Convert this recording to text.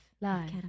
live